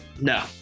No